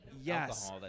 Yes